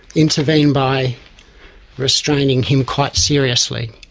intervene by restraining him quite seriously,